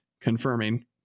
confirming